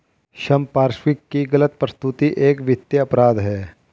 संपार्श्विक की गलत प्रस्तुति एक वित्तीय अपराध है